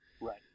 Right